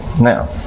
Now